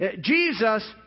Jesus